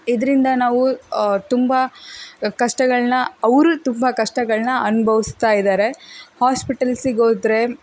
ಇದರಿಂದ ನಾವು ತುಂಬ ಕಷ್ಟಗಳನ್ನ ಅವರೂ ತುಂಬ ಕಷ್ಟಗಳನ್ನ ಅನುಭವ್ಸ್ತಾ ಇದ್ದಾರೆ ಹಾಸ್ಪಿಟಲ್ಸಿಗೆ ಹೋದ್ರೆ